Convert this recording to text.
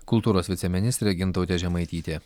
kultūros viceministrė gintautė žemaitytė